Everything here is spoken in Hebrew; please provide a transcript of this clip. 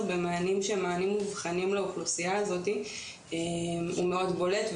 במענים שהם מענים מובחנים לאוכלוסייה הזו הוא מאוד בולט.